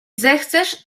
zechcesz